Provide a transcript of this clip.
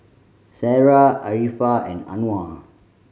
Sarah Arifa and Anuar